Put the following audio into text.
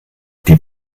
die